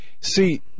see